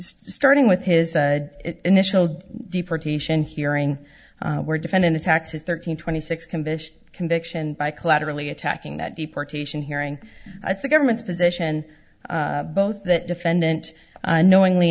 starting with his initial deportation hearing where defending the taxes thirteen twenty six condition conviction by collaterally attacking that deportation hearing i think government's position both the defendant knowingly